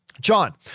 John